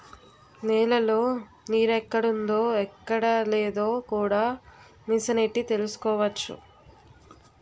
నేలలో నీరెక్కడుందో ఎక్కడలేదో కూడా మిసనెట్టి తెలుసుకోవచ్చు